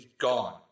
gone